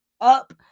up